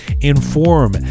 inform